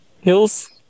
Hills